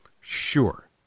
Sure